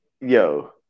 Yo